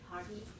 Party